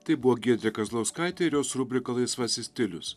tai buvo giedrė kazlauskaitė ir jos rubrika laisvasis stilius